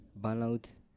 burnout